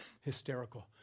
hysterical